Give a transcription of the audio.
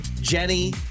Jenny